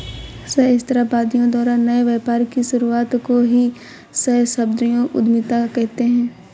सहस्राब्दियों द्वारा नए व्यापार की शुरुआत को ही सहस्राब्दियों उधीमता कहते हैं